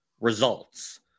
results